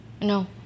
No